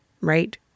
right